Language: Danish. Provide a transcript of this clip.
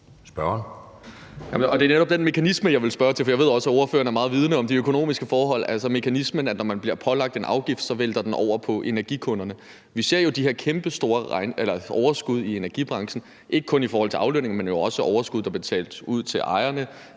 Og det er netop den mekanisme, jeg vil spørge til, for jeg ved også, at ordføreren er meget vidende om de økonomiske forhold, altså den mekanisme, at når man bliver pålagt en afgift, væltes den over på energikunderne. Vi ser jo de her kæmpestore overskud i energibranchen, ikke kun i forhold til aflønning, men jo også overskud, der betales ud til ejerne,